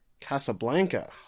Casablanca